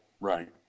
right